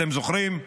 אתם זוכרים?